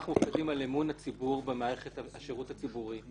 אנחנו מופקדים על אמון הציבור במערכת השירות הציבורי.